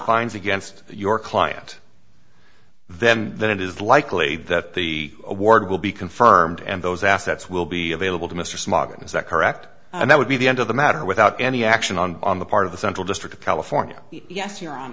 finds against your client then that it is likely that the award will be confirmed and those assets will be available to mr smog is that correct and that would be the end of the matter without any action on the part of the central district of california yes you